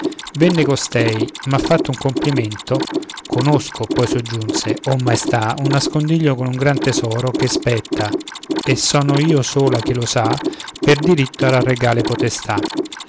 venne costei ma fatto un complimento conosco poi soggiunse o maestà un nascondiglio con un gran tesoro che spetta e sono io sola che lo sa per dritto alla regale potestà